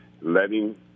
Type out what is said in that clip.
letting